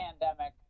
pandemic